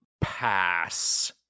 pass